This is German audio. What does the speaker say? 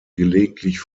gelegentlich